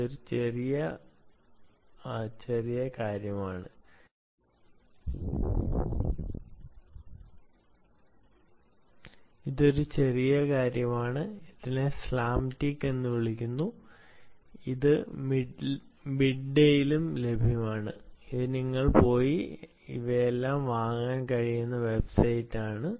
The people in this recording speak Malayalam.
ഇത് ഒരു ചെറിയ ചെറിയ കാര്യമാണ് ഇതിനെ സ്ലാംസ് ടിക് എന്ന് വിളിക്കുന്നു ഇത് മിഡ്ഡേയിലും ലഭ്യമാണ് ഇത് നിങ്ങൾക്ക് ഇവയെല്ലാം വാങ്ങാൻ കഴിയുന്ന വെബ്സൈറ്റാണ്